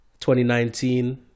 2019